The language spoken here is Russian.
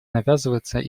навязываться